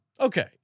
Okay